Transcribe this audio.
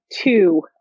two